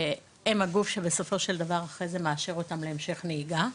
שהם הגוף שבסופו של דבר אחרי זה מאשר אותם להמשך נהיגה.